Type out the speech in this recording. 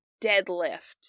deadlift